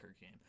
game